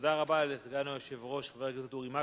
תודה רבה לסגן היושב-ראש חבר הכנסת אורי מקלב.